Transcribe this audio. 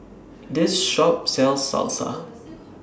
This Shop sells Salsa